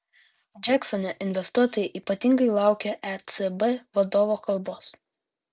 džeksone investuotojai ypatingai laukė ecb vadovo kalbos